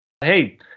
hey